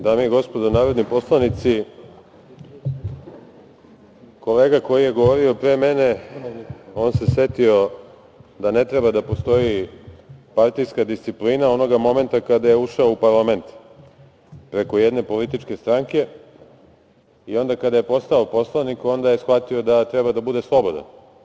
Dame i gospodo narodni poslanici, kolega koji je govorio pre mene se setio da ne treba da postoji partijska disciplina onoga momenta kada je ušao u parlament preko jedne političke stranke i onda kad aje postao poslanik, onda je shvatio da treba da bude slobodan.